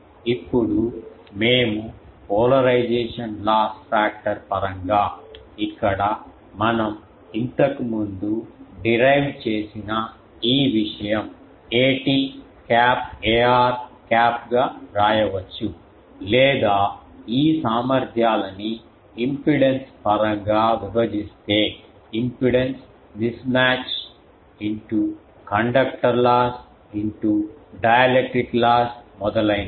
ఇప్పుడు మేము polarisation loss factor పరంగా ఇక్కడ మనం ఇంతకుముందు డిరైవ్ చేసిన ఈ విషయం at cap ar cap గా వ్రాయవచ్చు లేదా ఈ సామర్థ్యాలని ఇంపెడెన్స్ పరంగా విభజిస్తే impedance mismatch conductor loss dielectric loss మొదలైనవి